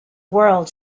world